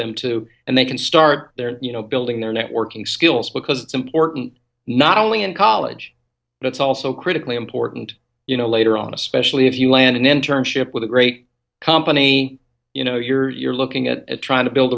them to and they can start their you know building their networking skills because it's important not only in college but it's also critically important you know later on especially if you land an internship with a great company you know you're you're looking at trying to build